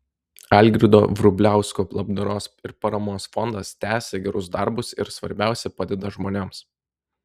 algirdo vrubliausko labdaros ir paramos fondas tęsia gerus darbus ir svarbiausia padeda žmonėms